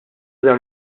dawn